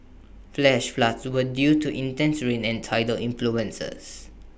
flash floods were due to intense rain and tidal influences